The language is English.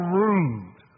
rude